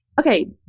okay